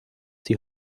die